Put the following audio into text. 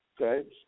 Okay